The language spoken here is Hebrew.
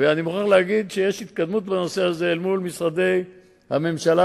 יש במשרד תיקים משנת 2001 שהטיפול המשפטי בהם עדיין לא נגמר.